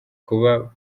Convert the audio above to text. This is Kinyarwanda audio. kuba